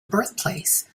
birthplace